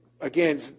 again